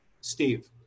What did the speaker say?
Steve